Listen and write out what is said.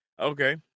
Okay